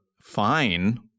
fine